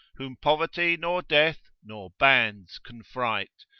whom poverty nor death, nor bands can fright,